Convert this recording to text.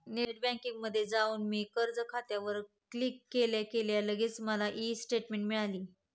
net बँकिंगमध्ये जाऊन मी कर्ज खात्यावर क्लिक केल्या केल्या लगेच मला ई स्टेटमेंट मिळाली